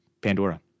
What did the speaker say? Pandora